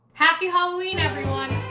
happy halloween, everyone!